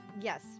Yes